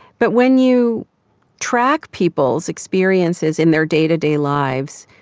but when you track people's experiences in their day-to-day lives,